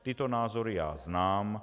Tyto názory znám.